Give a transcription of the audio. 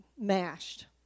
mashed